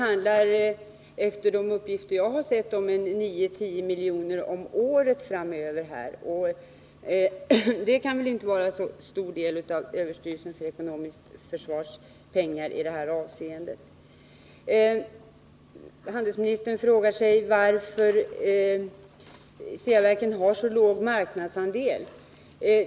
Men enligt de uppgifter som jag har sett handlar det framöver om 9-10 milj.kr. om året, och det kan väl inte vara så stor del av de pengar som överstyrelsen för ekonomiskt försvar förfogar över i det här avseendet. Handelsministern frågar varför Ceaverken har så låg marknadsandel.